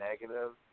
negative